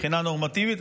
מבחנה נורמטיבית,